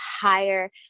higher